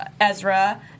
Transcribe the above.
Ezra